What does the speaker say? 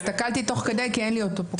הסתכלתי תוך כדי כי אין לי אותו פה.